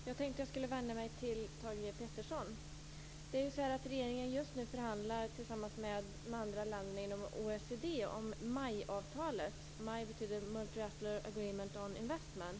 Fru talman! Jag vänder mig till Thage G Peterson. Regeringen förhandlar just nu tillsammans med andra länder inom OECD om MAI-avtalet. MAI betyder Multilateral Agreement on Investment.